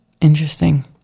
Interesting